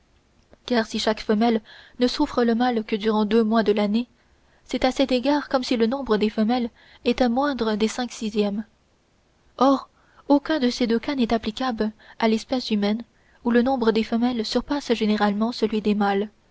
car si chaque femelle ne souffre le mâle que durant deux mois de l'année c'est à cet égard comme si le nombre des femelles était moindre des cinq sixièmes or aucun de ces deux cas n'est applicable à l'espèce humaine où le nombre des femelles surpasse généralement celui des mâles